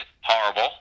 horrible